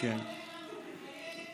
זה עולה לנו בחיי נשים.